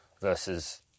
versus